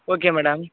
okay madam